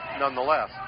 nonetheless